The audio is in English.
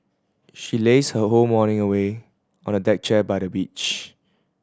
she lazed her whole morning away on a deck chair by the beach